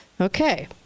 okay